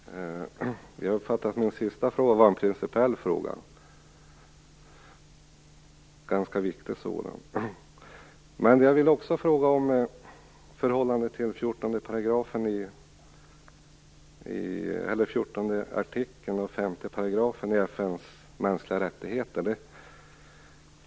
Fru talman! Jag uppfattade att min sista fråga var en principiella fråga - en ganska viktig sådan. Jag vill också fråga om förhållandet till 14 artikeln 5 § i FN:s konvention om mänskliga rättigheter.